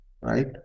right